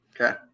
Okay